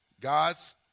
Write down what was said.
God's